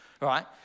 right